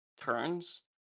turns